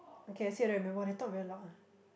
okay I see whether I remember they talk very loud ah